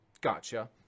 Gotcha